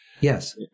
Yes